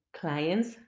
clients